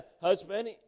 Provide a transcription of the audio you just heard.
husband